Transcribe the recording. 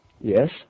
Yes